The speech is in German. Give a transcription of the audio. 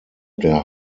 der